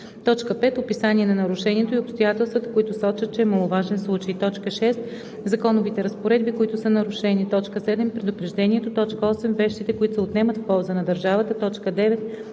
5. описание на нарушението и обстоятелствата, които сочат, че е маловажен случай; 6. законовите разпоредби, които са нарушени; 7. предупреждението; 8. вещите, които се отнемат в полза на държавата; 9.